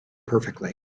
perfectly